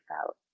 felt